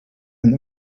and